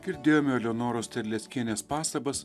girdėjome eleonoros terleckienės pastabas